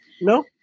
No